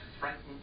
frightened